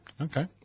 Okay